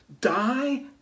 die